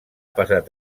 passat